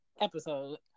episode